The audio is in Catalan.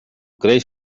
creix